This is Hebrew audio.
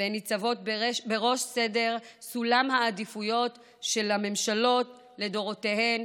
והן ניצבות בראש סולם העדיפויות של הממשלות לדורותיהן,